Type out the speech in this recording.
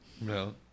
No